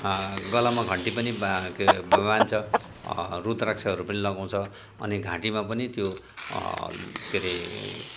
गलामा घन्टी पनि वा के अरे बाँध्छ रुद्राक्षहरू पनि लगाउँछ अनि घाँटीमा पनि त्यो के अरे